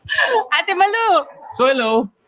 hello